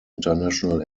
international